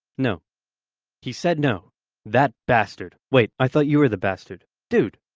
no he said no that bastard wait, i thought you were the bastard dude!